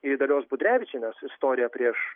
į dalios budrevičienės istoriją prieš